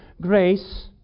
grace